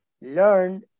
learn